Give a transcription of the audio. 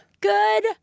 Good